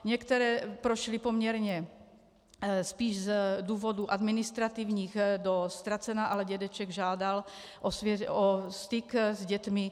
Některé prošly poměrně spíš z důvodů administrativních do ztracena, ale dědeček žádal o styk s dětmi.